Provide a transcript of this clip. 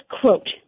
quote